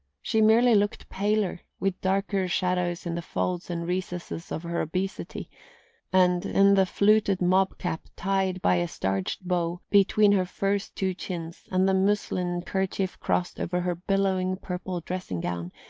she merely looked paler, with darker shadows in the folds and recesses of her obesity and, in the fluted mob-cap tied by a starched bow between her first two chins, and the muslin kerchief crossed over her billowing purple dressing-gown,